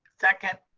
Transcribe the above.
second.